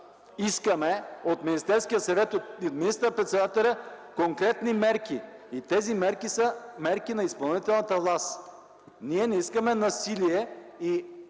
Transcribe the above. искаме от Министерския съвет и от министър-председателя конкретни мерки. Тези мерки са мерки на изпълнителната власт. Ние не искаме насилие и